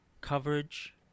coverage